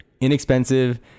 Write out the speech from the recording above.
inexpensive